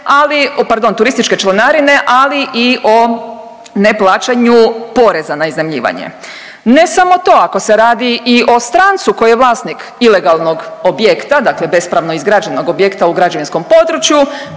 ali i o neplaćanju poreza na iznajmljivanje. Ne samo to, ako se radi i o strancu koji je vlasnik ilegalnog objekta, dakle bespravno izgrađenog objekta u građevinskom području